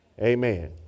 Amen